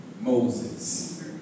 Moses